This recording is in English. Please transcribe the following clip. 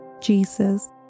Jesus